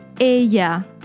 Ella